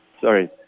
sorry